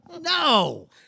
No